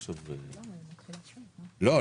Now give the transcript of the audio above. לא.